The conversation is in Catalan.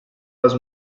les